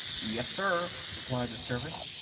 yes, sir, replied the servant.